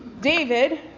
David